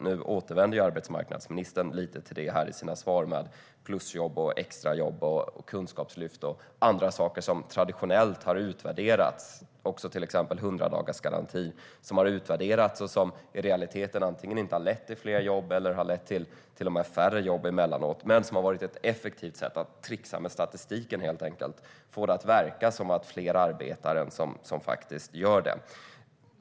Nu återvänder arbetsmarknadsministern lite till detta med plusjobb, extrajobb, kunskapslyft och annat, som hundradagarsgarantin, som har utvärderats och i realiteten har visat sig inte leda till fler jobb utan tvärtom i vissa fall till och med till färre jobb. Det har varit ett effektivt sätt att trixa med statistiken, helt enkelt, och få det att verka som om fler arbetar än vad som faktiskt är fallet.